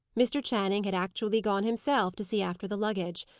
mr. channing had actually gone himself to see after the luggage.